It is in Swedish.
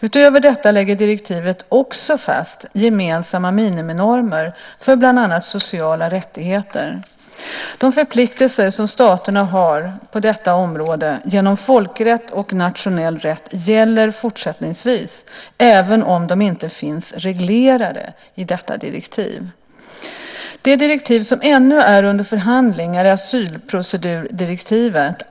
Utöver detta lägger direktivet också fast gemensamma miniminormer för bland annat sociala rättigheter. De förpliktelser som staterna har på detta område genom folkrätt och nationell rätt gäller fortsättningsvis, även om de inte finns reglerade i detta direktiv. Det direktiv som ännu är under förhandling är asylprocedurdirektivet.